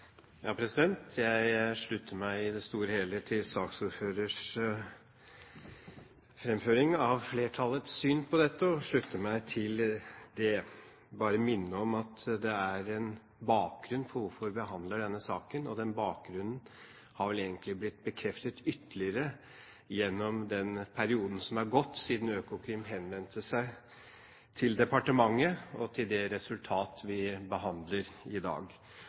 Jeg slutter meg i det store og hele til saksordførerens framføring av flertallets syn på dette. Jeg vil bare minne om at det er en bakgrunn for hvorfor vi behandler denne saken. Den har vel egentlig blitt bekreftet ytterligere gjennom den perioden som er gått siden Økokrim henvendte seg til departementet, og til det resultat vi behandler i dag.